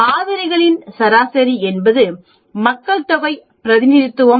மாதிரிகளின் சராசரி என்பது மக்கள் தொகை பிரதிநிதித்துவம்